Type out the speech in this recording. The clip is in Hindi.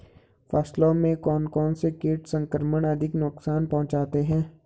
फसलों में कौन कौन से कीट संक्रमण अधिक नुकसान पहुंचाते हैं?